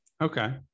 Okay